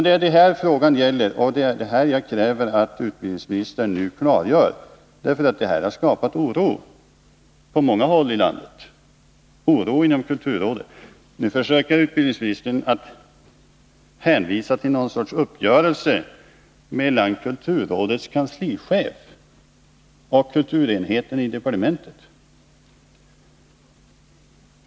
Det är detta frågan gäller, och jag kräver att utbildningsministern nu klargör detta. Den tänkta nyordningen har skapat oro på många håll i landet och inom kulturrådet. Nu försöker utbildningsministern hänvisa till något slags uppgörelse mellan kulturrådets kanslichef och kulturenheten i departementet.